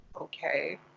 Okay